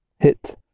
hit